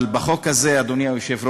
אבל בחוק הזה, אדוני היושב-ראש,